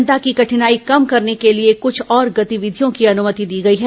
जनता की कठिनाई कम करने के लिए कुछ और गतिविधियों की अनुमति दी गई है